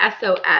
SOS